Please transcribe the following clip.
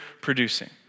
producing